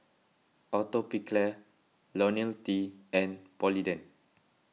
Atopiclair Ionil T and Polident